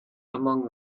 among